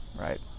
Right